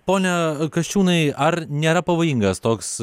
pone kasčiūnai ar nėra pavojingas toks